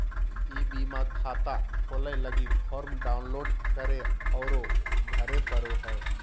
ई बीमा खाता खोलय लगी फॉर्म डाउनलोड करे औरो भरे पड़ो हइ